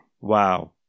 Wow